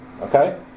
okay